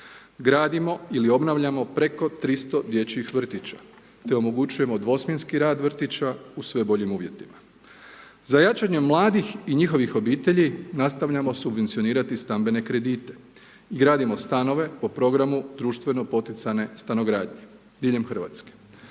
Gradimo ili obnavljamo preko 300 dječjih vrtića, te omogućujemo dvosmjenski rad vrtića u sve boljim uvjetima. Za jačanje mladih i njihovih obitelji nastavljamo subvencionirati stambene kredite i gradimo stanove po programu društveno poticane stanogradnje diljem Hrvatske.